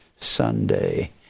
Sunday